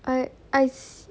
I I